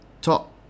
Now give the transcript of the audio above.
top